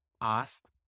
asked